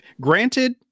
granted